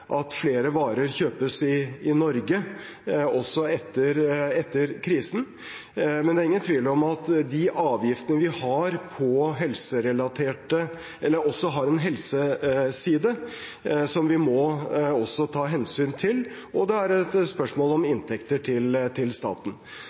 at flere varer kjøpes i Norge, også etter krisen. Men det er ingen tvil om at de avgiftene vi har, også har en helseside, som vi må ta hensyn til, og det er et spørsmål om inntekter til staten. Jeg mener vi har funnet frem til gode løsninger i